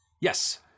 Yes